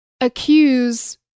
accuse